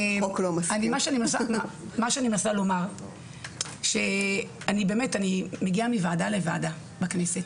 מה שאני מנסה לומר שאני באמת מגיעה מוועדה לוועדה בכנסת,